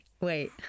wait